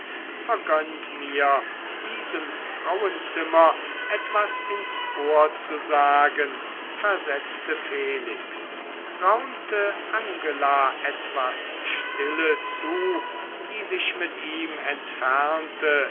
vergönnt mir diesem frauenzimmer etwas ins ohr zu sagen versetzte felix raunte angela etwas stille zu die sich mit ihm entfernte